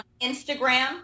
Instagram